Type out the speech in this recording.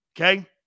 Okay